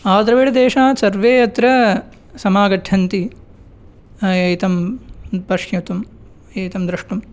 आद्रविडदेशात् सर्वे अत्र समागच्छन्ति एतं पश्यतुम् एतं द्रष्टुम्